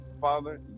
Father